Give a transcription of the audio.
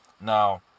Now